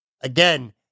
Again